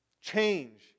Change